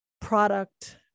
product